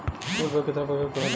उर्वरक केतना प्रकार के होला?